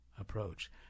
approach